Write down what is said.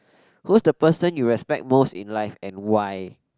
who's the person you respect most in life and why